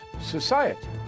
society